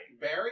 Barry